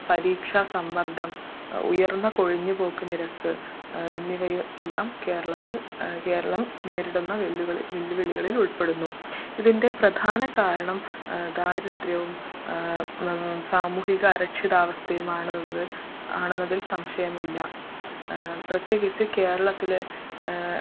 പരീക്ഷ സമ്മർദം ഉയർന്ന കൊഴിഞ്ഞു പോക്ക് നിരക്ക് എന്നിവയും എല്ലാം കേരളത്തിൽ കേരളം നേരിടുന്ന വെല്ലു വെല്ലുവിളികളിൽ ഉൾപ്പെടുന്നു ഇതിൻ്റെ പ്രധാന കാരണം ദാരിദ്രവും സാമൂഹിക അരക്ഷിതാവസ്ഥയും ആണെന്നത് ആണെന്നതിൽ സംശയം ഇല്ല പ്രത്യേകിച്ച് കേരളത്തിൽ